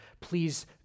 please